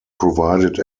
provided